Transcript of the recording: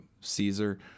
Caesar